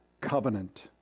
covenant